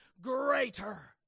greater